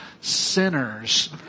sinners